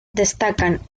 destacan